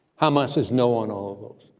hamas is no on all of those.